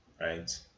right